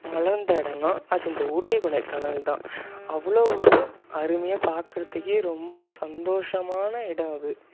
மலர்ந்தாடுன்னா அது இந்த ஊட்டி கொடைக்கானல்தான் அவ்வளோ ஒரு அருமையாக பாக்கிறதுக்கே ரொம்ப சந்தோஷமான இடம் அது